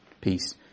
peace